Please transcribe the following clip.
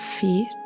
feet